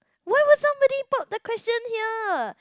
why would somebody pop the question here